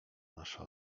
nasza